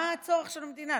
מה הצורך של המדינה?